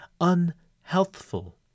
unhealthful